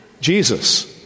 Jesus